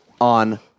on